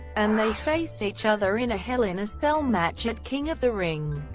and they faced each other in a hell in a cell match at king of the ring.